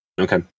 okay